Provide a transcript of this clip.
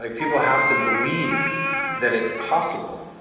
like people have to believe that it's possible.